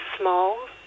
small